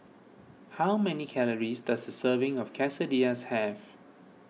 how many calories does a serving of Quesadillas have